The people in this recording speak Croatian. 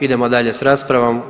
Idemo dalje sa raspravom.